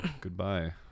goodbye